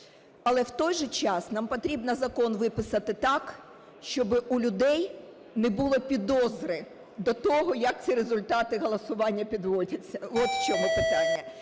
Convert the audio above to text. Але в той же час нам потрібно закон виписати так, щоб у людей не було підозри до того, як ці результати голосування підводяться. От в чому питання.